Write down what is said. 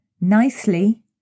nicely